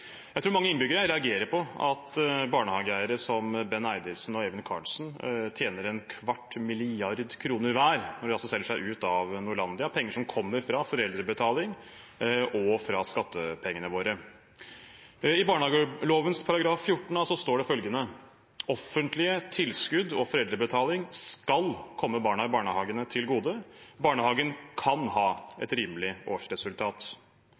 Jeg tror mange innbyggere reagerer på at barnehageeiere som Benn Eidissen og Even Carlsen tjener en kvart milliard kroner hver når de selger seg ut av Norlandia, penger som kommer fra foreldrebetaling og fra skattepengene våre. I barnehageloven § 14 a står følgende: «Offentlige tilskudd og foreldrebetaling skal komme barna i barnehagen til gode. Barnehagen kan ha et rimelig årsresultat.»